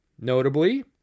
Notably